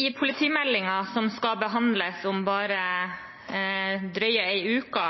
I politimeldingen, som skal behandles om bare drøyt en uke,